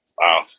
Wow